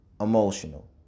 emotional